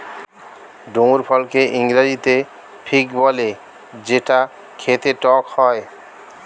ডুমুর ফলকে ইংরেজিতে ফিগ বলে যেটা খেতে টক হয়